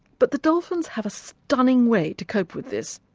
but the dolphins have a stunning way to cope with this.